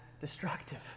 destructive